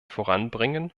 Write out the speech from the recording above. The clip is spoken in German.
voranbringen